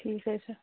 ٹھیٖک حظ چھُ